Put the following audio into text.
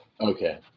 Okay